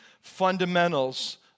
fundamentals